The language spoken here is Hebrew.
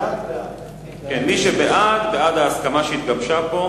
מי שבעד, בעד ההצבעה שהתגבשה פה.